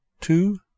Two